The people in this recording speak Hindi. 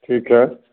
ठीक है